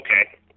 okay